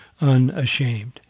unashamed